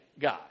God